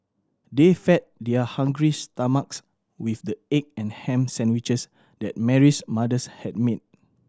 they fed their hungry stomachs with the egg and ham sandwiches that Mary's mothers had made